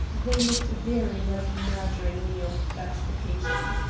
they looked very like murdering me on the first occasion.